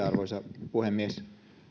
arvoisa puhemies